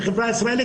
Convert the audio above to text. לחברה הישראלית,